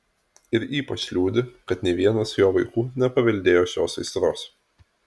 ir ypač liūdi kad nė vienas jo vaikų nepaveldėjo šios aistros